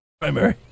Primary